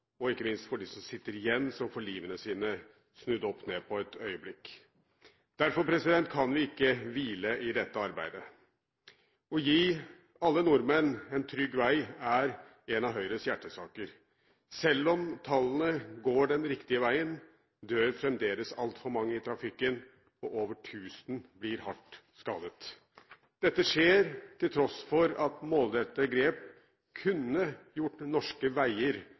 og ikke minst for dem som sitter igjen som får livene sine snudd opp ned på et øyeblikk. Derfor kan vi ikke hvile i dette arbeidet. Å gi alle nordmenn en trygg vei er en av Høyres hjertesaker. Selv om tallene går den riktige veien, dør fremdeles altfor mange i trafikken, og over 1 000 blir hardt skadet. Dette skjer til tross for at målrettede grep kunne gjort norske veier